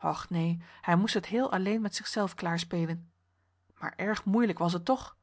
och neen hij moest het heel alleen met zich zelf klaarspelen maar erg moeilijk was het toch